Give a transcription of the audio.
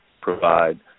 provide